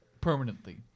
Permanently